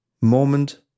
moment